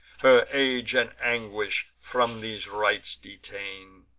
her age and anguish from these rites detain,